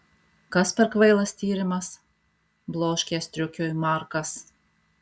kas per kvailas tyrimas bloškė striukiui markas